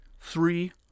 Three